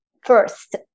first